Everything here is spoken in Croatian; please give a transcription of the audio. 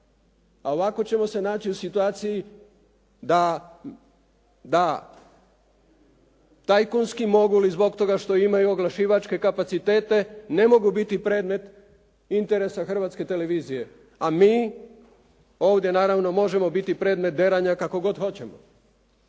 A ovako ćemo se naći u situaciji da taj kunski mogul i zbog toga što imaju oglašivačke kapacitete ne mogu biti predmet interesa Hrvatske televizije, a mi ovdje naravno možemo biti predmet deranja kako god hoćemo.